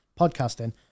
podcasting